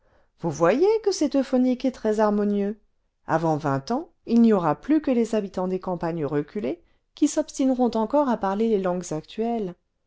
vous voyez que c'est euphonique et très harmonieux avant vingt ans il n'y aura plus que les habitants des campagnes reculées qui s'obstineront encore à parler les langues actuelles